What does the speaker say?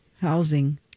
housing